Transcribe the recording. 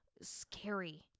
Scary